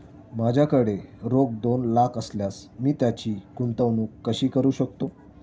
माझ्याकडे रोख दोन लाख असल्यास मी त्याची गुंतवणूक कशी करू शकतो?